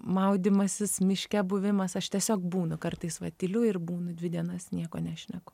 maudymasis miške buvimas aš tiesiog būnu kartais va tyliu ir būnu dvi dienas nieko nešneku